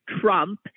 Trump